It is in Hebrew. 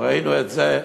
ראינו את זה,